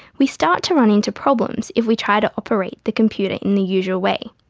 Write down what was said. we start to run into problems if we try to operate the computer in the usual way.